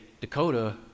Dakota